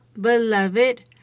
beloved